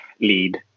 lead